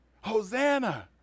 Hosanna